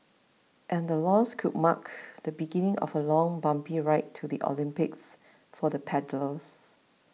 and the loss could mark the beginning of a long bumpy ride to the Olympics for the paddlers